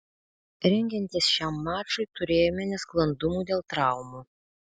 rengiantis šiam mačui turėjome nesklandumų dėl traumų